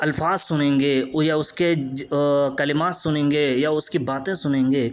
الفاظ سنیں گے اور یا اس کے کلمات سنیں گے یا اس کی باتیں سنیں گے